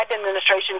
administration